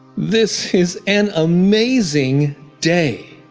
this is an amazing day.